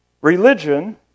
Religion